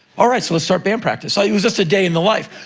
all right, so let's start band practice. it was just a day in the life.